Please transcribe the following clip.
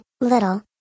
Little